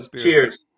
Cheers